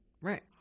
Right